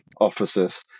officers